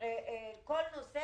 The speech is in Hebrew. כל נושא